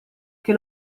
che